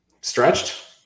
stretched